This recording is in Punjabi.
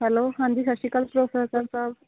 ਹੈਲੋ ਹਾਂਜੀ ਸਤਿ ਸ਼੍ਰੀ ਅਕਾਲ ਪ੍ਰੋਫੈਸਰ ਸਾਹਿਬ